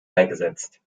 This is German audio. beigesetzt